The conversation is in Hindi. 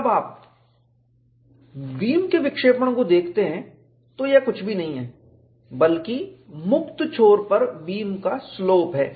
जब आप बीम के विक्षेपण को देखते हैं तो यह कुछ भी नहीं है बल्कि मुक्त छोर पर बीम का स्लोप है